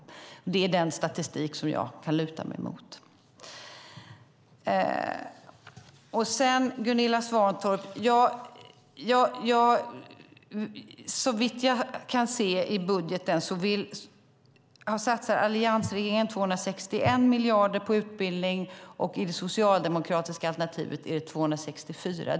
Det är den statistik jag kan luta mig mot. Gunilla Svantorp! Såvitt jag kan se i budgeten satsar alliansregeringen 261 miljarder på utbildning. I det socialdemokratiska alternativet är det 264 miljarder.